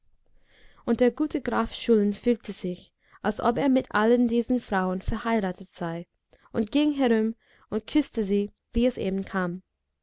und der gute graf schulin fühlte sich als ob er mit allen diesen frauen verheiratet sei und ging herum und küßte sie wie es eben kam